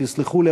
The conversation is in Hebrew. תסלחו לי,